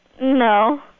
No